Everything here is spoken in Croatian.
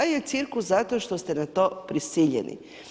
Taj je cirkus zato što ste na to prisiljeni.